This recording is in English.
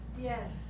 yes